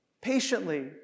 patiently